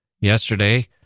Yesterday